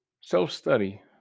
self-study